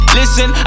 listen